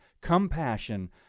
compassion